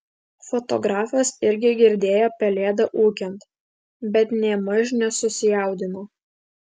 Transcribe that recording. fotografas irgi girdėjo pelėdą ūkiant bet nėmaž nesusijaudino